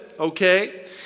Okay